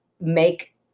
make